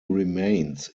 remains